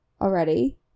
already